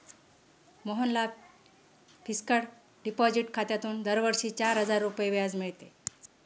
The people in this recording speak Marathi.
मोहनला फिक्सड डिपॉझिट खात्यातून दरवर्षी चार हजार रुपये व्याज मिळते